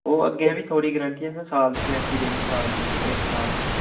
ओह् अग्गें बी थोह्ड़ी गैरेंटी असें साल दी गैरेंटी देनी साल दी इक इक साल दी